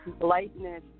lightness